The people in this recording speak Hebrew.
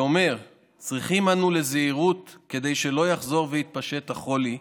הוא אומר: "צריכים אנו לזהירות כדי שלא יחזור ויתפשט החולי,